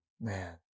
Man